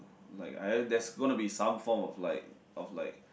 like I heard there's gonna be some form of like of like